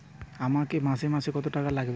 আমাকে মাসে মাসে কত টাকা লাগবে?